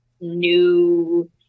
new